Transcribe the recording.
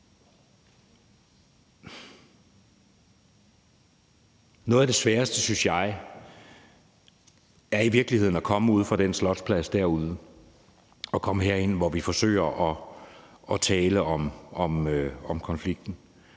Noget af det sværeste, synes jeg, er i virkeligheden at komme ude fra den Slotsplads derude og komme herind, hvor vi forsøger at tale om konflikten.